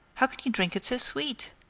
how can you drink it so sweet?